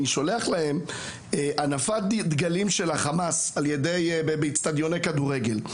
אני שולח להם הנפת דגלים של החמאס באצטדיוני כדורגל.